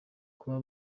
kuba